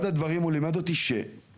אחד הדברים שהוא לימד אותי פה,